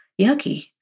yucky